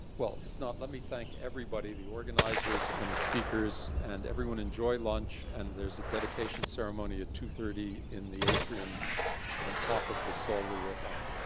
well, if not, let me thank everybody, the organizers and the speakers. and everyone enjoy lunch, and there's a dedication ceremony at two thirty in the atrium on top of the sol lewitt art.